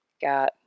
got